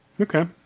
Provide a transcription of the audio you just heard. okay